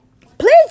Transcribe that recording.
please